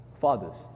fathers